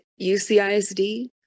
UCISD